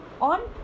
on